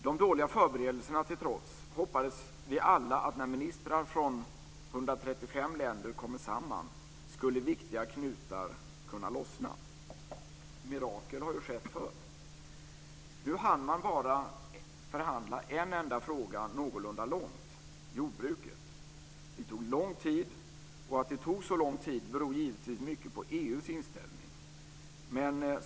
De dåliga förberedelserna till trots hoppades vi alla att när ministrar från 135 länder kommer samman skulle viktiga knutar kunna lossna. Mirakel har skett förut. Nu hann man bara förhandla en enda fråga någorlunda långt, jordbruket. Det tog lång tid. Att det tog så lång tid beror givetvis mycket på EU:s inställning.